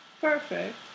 perfect